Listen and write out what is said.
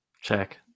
check